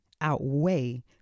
outweigh